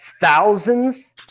thousands